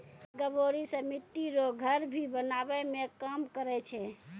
गभोरी से मिट्टी रो घर भी बनाबै मे काम करै छै